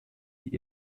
die